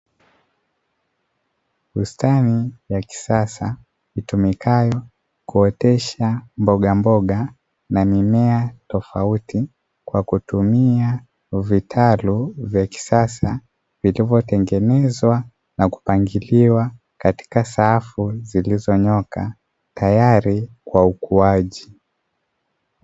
Bustani ya kisasa, itumikayo kuotesha mbogamboga na mimea tofauti kwa kutumia vitalu vya kisasa vilivyotengenezwa na kupangiliwa katika safu zilizonyooka, tayari kwa ukuaji.